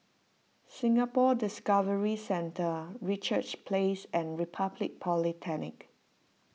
Singapore Discovery Centre Richards Place and Republic Polytechnic